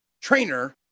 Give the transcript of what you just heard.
Trainer